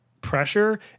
pressure